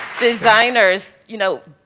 designers, you know,